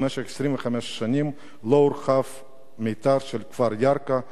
במשך 25 שנים לא הורחב המיתאר של כפר ירכא,